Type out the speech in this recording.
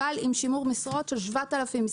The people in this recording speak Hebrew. אבל עם שימור משרות של 7,000,